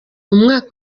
umwaka